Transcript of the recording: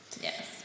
Yes